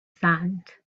sand